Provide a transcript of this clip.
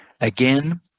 Again